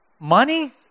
money